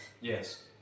yes